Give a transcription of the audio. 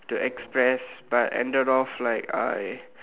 to express but ended off like I